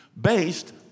based